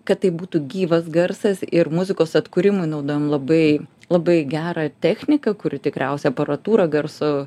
kad tai būtų gyvas garsas ir muzikos atkūrimui naudojam labai labai gerą techniką kuri tikriausiai aparatūrą garso